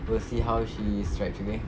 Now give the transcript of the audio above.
we'll see how she stretch okay